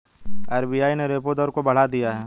RBI ने repo दर को बढ़ा दिया है